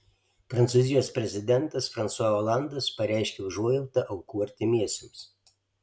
prancūzijos prezidentas fransua olandas pareiškė užuojautą aukų artimiesiems